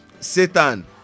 Satan